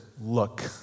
look